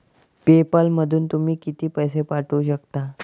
पे पॅलमधून तुम्ही किती पैसे पाठवू शकता?